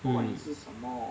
mm